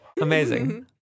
amazing